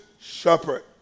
shepherd